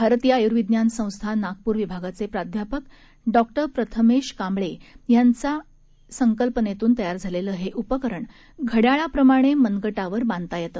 भारतीय आय्र्विज्ञान संस्था नागप्र विभागाचे प्राध्यापक डॉक्टर प्रथमेश कांबळे यांचा यांच्या संकल्पनेतून तयार झालेलं हे उपकरण घड्याळाप्रमाणे मनगटावर बांधता येते